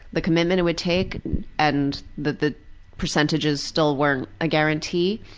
the commitment it would take and the the percentages still weren't a guarantee.